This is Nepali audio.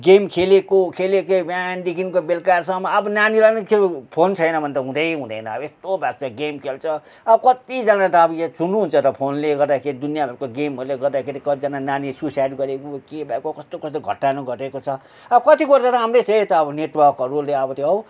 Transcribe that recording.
गेम खेलेको खेलेकै बिहानदेखिको बेलुकासम्म अब नानीलाई पनि त्यो फोन छैन भने त हुँदै हुँदैन अब यस्तो भएको छ गेम खेल्छ अब कतिजना त अब यो सुन्नुहुन्छ त फोनले गर्दाखेरि दुनियाँभरको गेमहरूले गर्दाखेरि कतिजना नानीहरू सुसाइड गरे उ के भएको कस्तो कस्तो घटनाहरू घटेको छ अब कति कुरा त राम्रै छ है यता अब नेटवर्कहरूले अब त्यो